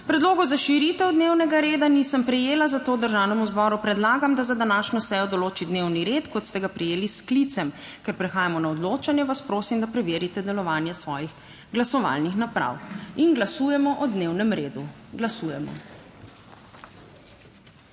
Predlogov za širitev dnevnega reda nisem prejela, zato Državnemu zboru predlagam, da za današnjo sejo določi dnevni red, kot ste ga prejeli s sklicem. Ker prehajamo na odločanje, vas prosim, da preverite delovanje svojih glasovalnih naprav. Glasujemo. Navzočih je